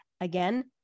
Again